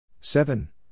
Seven